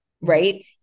Right